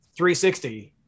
360